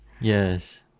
Yes